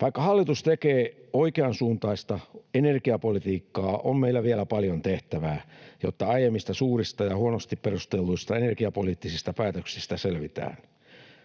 Vaikka hallitus tekee oikeansuuntaista energiapolitiikkaa, on meillä vielä paljon tehtävää, jotta aiemmista suurista ja huonosti perustelluista energiapoliittisista päätöksistä selvitään.